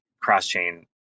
cross-chain